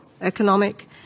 economic